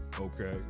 okay